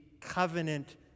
covenant